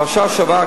בפרשת השבוע,